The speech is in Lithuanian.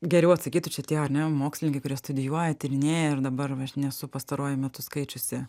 geriau atsakytų šitie ar ne mokslininkai kurie studijuoja tyrinėja ir dabar va aš nesu pastaruoju metu skaičiusi